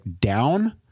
down